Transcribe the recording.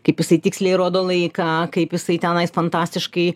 kaip jisai tiksliai rodo laiką kaip jisai tenais fantastiškai